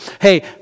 Hey